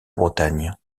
bretagne